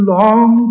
long